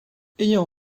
ayant